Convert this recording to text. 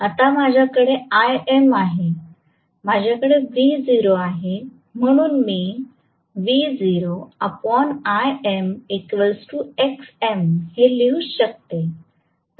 आता माझ्याकडे Im आहे माझ्याकडे V0 आहे म्हणून मी हे लिहूच शकते